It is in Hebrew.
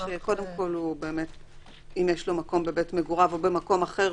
שאם יש לו מקום בבית מגוריו או במקום אחר